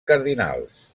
cardinals